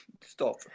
Stop